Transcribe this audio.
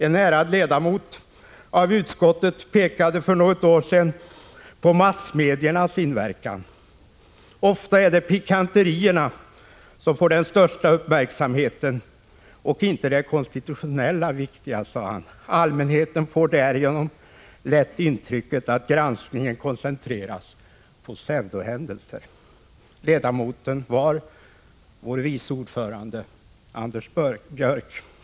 En ärad ledamot av utskottet erinrade för något år sedan om massmediernas inverkan. Ofta är det pikanterierna som får den största uppmärksamheten och inte det som är konstitutionellt viktigt. Allmänheten får därigenom lätt intrycket att granskningen koncentreras på pseudohändelser. Ledamoten var vår vicé ordförande, Anders Björck.